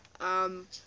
Um-